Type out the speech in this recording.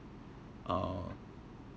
uh